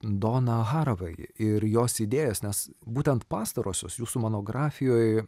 doną harvai ir jos idėjas nes būtent pastarosios jūsų monografijoj